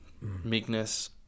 meekness